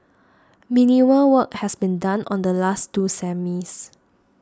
minimal work has been done on the last two semis